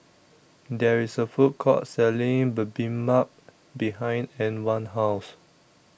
There IS A Food Court Selling Bibimbap behind Antwan's House